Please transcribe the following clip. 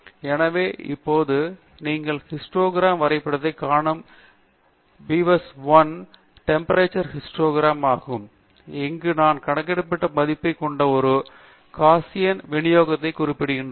எனவே இப்போது நீங்கள் ஹிஸ்டாக்ராம் ன் வரைபடத்தைக் காணும் வரைத்திட்டத்தில் அது பீவர்ஸ்1 டெம்பெறட்டுறே ஹிஸ்டாக்ராம் ஆகும் இங்கு நாம் கணக்கிடப்பட்ட மதிப்பைக் கொண்ட ஒரு காசியன் விநியோகத்தை குறிப்பிடுகிறோம்